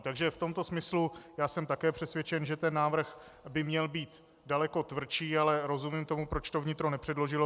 Takže v tomto smyslu jsem také přesvědčen, že ten návrh by měl být daleko tvrdší, ale rozumím tomu, proč to vnitro nepředložilo.